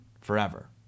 forever